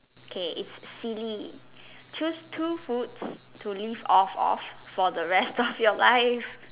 K it's silly choose two foods to live off of for the rest of your life